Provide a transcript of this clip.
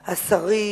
השרים,